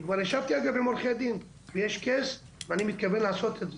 כבר ישבתי עם עורכי דין ויש תיק ואני מתכוון לעשות את זה.